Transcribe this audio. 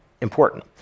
important